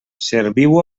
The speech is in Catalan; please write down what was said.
serviu